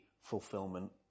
fulfillment